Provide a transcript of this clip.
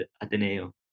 Ateneo